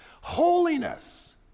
holiness